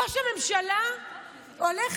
ראש הממשלה הולך